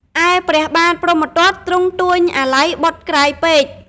ឯព្រះបាទព្រហ្មទត្តទ្រង់ទួញអាល័យបុត្រក្រៃពេក។